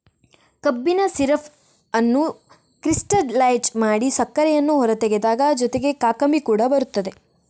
ಕಬ್ಬಿನ ಸಿರಪ್ ಅನ್ನು ಕ್ರಿಸ್ಟಲೈಜ್ ಮಾಡಿ ಸಕ್ಕರೆಯನ್ನು ಹೊರತೆಗೆದಾಗ ಜೊತೆಗೆ ಕಾಕಂಬಿ ಕೂಡ ಬರುತ್ತದೆ